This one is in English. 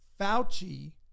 Fauci